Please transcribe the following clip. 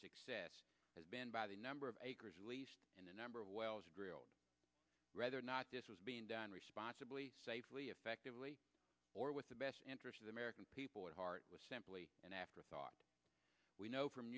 success has been by the number of acres at least in a number of wells rather not this was being done responsibly safely effectively or with the best interest of the american people at heart it was simply an afterthought we know from